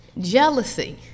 Jealousy